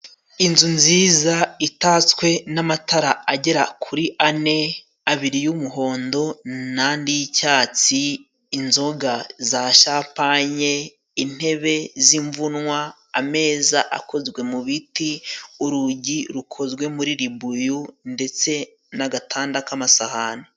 Inzu nziza itatswe n'amatara agera kuri ane ,abiri y'umuhondo ,nandi y'icyatsi, inzoga za shapanye ,intebe z'imvunwa ,ameza akozwe mu biti, urugi rukozwe muri ribuyu, ndetse n'agatanda k'amasahani.